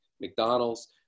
McDonald's